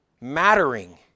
mattering